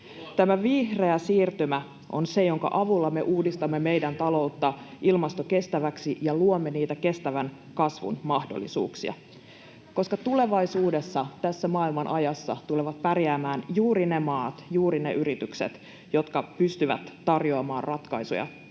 Tämä vihreä siirtymä on se, jonka avulla me uudistamme meidän taloutta ilmastokestäväksi ja luomme niitä kestävän kasvun mahdollisuuksia, koska tulevaisuudessa tässä maailmanajassa tulevat pärjäämään juuri ne maat ja juuri ne yritykset, jotka pystyvät tarjoamaan ratkaisuja